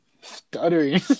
Stuttering